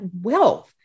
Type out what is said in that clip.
wealth